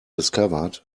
discovered